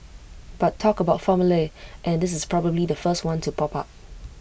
but talk about formulae and this is probably the first one to pop up